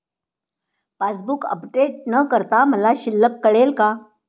Passbook update न करता मला शिल्लक कळेल का?